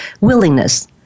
willingness